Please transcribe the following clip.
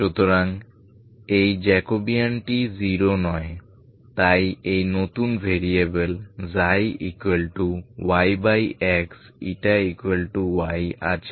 সুতরাং এই জ্যাকোবিয়ানটি জিরো নয় তাই এই নতুন ভেরিয়েবল ξyx y আছে